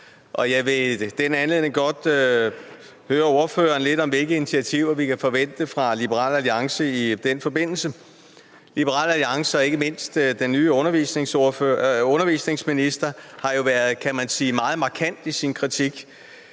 jeg vil i den anledning godt høre ordføreren lidt om, hvilke initiativer vi kan forvente fra Liberal Alliance i den forbindelse. Liberal Alliance og ikke mindst den nye undervisningsminister har jo været – kan man sige